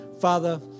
Father